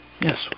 yes